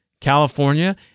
California